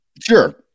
Sure